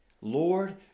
Lord